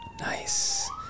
Nice